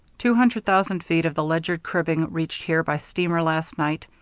two hundred thousand feet of the ledyard cribbing reached here by steamer last night,